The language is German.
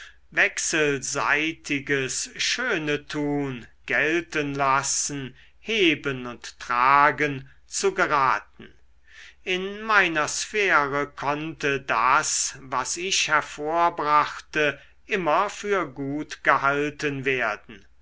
wechselseitiges schönetun geltenlassen heben und tragen zu geraten in meiner sphäre konnte das was ich hervorbrachte immer für gut gehalten werden